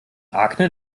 akne